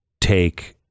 take